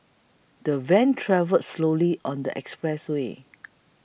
the van travelled slowly on the expressway